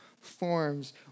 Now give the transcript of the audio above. forms